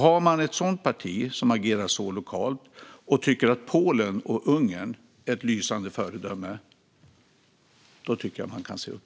Om ett parti agerar på det sättet lokalt och tycker att Polen och Ungern är lysande föredömen tycker jag att man ska se upp.